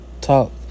talk